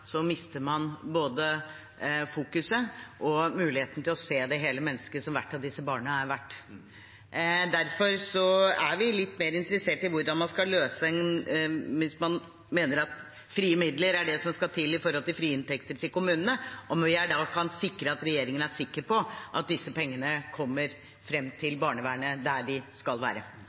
mister man både fokuset og muligheten til å se det hele mennesket, som hvert av disse barna er. Derfor er vi litt mer interessert i hvordan man skal løse det. Hvis man mener at frie midler er det som skal til, med tanke på frie inntekter til kommunene, er regjeringen da sikker på at disse pengene kommer fram til barnevernet, der de skal være?